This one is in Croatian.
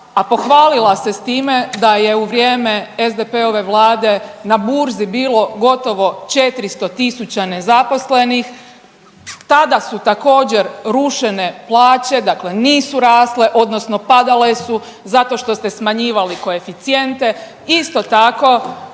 a pohvalila se s time da je u vrijeme SDP-ove vlade na burzi bilo gotovo 400 tisuća nezaposlenih, tada su također rušene plaće, dakle nisu rasle odnosno padale su zato što ste smanjivali koeficijente. Isto tako